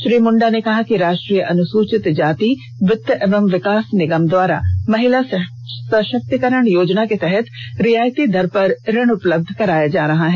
श्री मुण्डा ने कहा कि राष्ट्रीय अनुसूचित जाति वित एवं विकास निगम द्वारा महिला सषक्तिकरण योजना के तहत रियायती दर पर ऋण उपलब्ध कराया जा रहा है